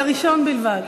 על הראשון בלבד.